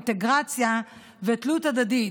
אינטגרציה ותלות הדדית,